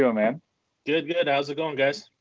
so man? good, good. how's it goin' guys?